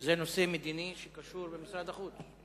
זה נושא מדיני שקשור למשרד החוץ.